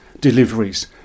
deliveries